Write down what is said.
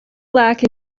lack